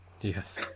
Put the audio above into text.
Yes